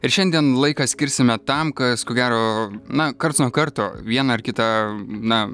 ir šiandien laiką skirsime tam kas ko gero na karts nuo karto vieną ar kitą na